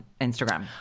Instagram